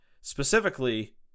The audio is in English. specifically